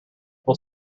will